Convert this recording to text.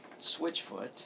Switchfoot